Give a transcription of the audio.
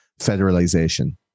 federalization